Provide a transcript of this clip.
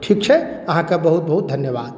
ठीक छै अहाँके बहुत बहुत धन्यवाद